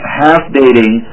half-dating